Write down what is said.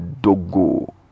Dogo